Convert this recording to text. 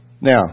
Now